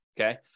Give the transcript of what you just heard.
Okay